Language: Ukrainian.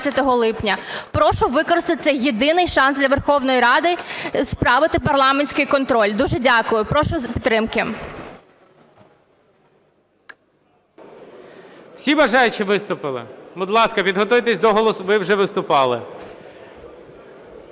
Прошу використати цей єдиний шанс для Верховної Ради справити парламентський контроль. Дуже дякую. Прошу підтримки.